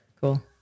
Cool